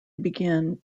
begin